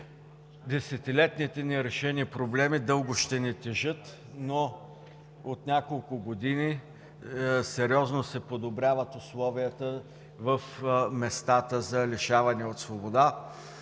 Десетилетните нерешени проблеми дълго ще ни тежат, но от няколко години сериозно се подобряват условията в местата за лишаване от свобода.